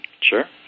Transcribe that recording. Sure